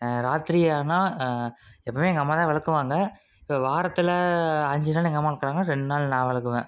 ராத்திரி ஆனால் எப்போயுமே எங்கள் அம்மா தான் விளக்குவாங்க இப்போ வாரத்தில் அஞ்சு நாள் எங்கள் அம்மா விளக்குனாங்கனா ரெண்டு நாள் நான் விளக்குவேன்